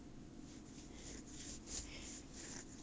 because I wear the body suit right